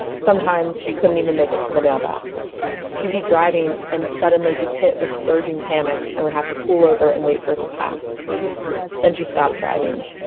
sometimes she couldn't' even make it to the mailbox she'd be driving, and suddenly be hit with surging panic and would have to pull over and wait for to pass then she stopped driving.